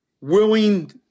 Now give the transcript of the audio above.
willing –